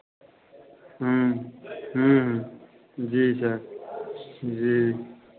जी sir जी